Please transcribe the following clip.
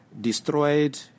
destroyed